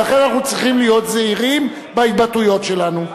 ולכן אנחנו צריכים להיות זהירים בהתבטאויות שלנו.